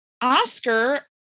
oscar